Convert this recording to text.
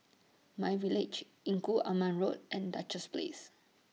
MyVillage Engku Aman Road and Duchess Place